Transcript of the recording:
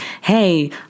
hey